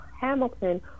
Hamilton